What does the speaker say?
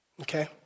okay